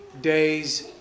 days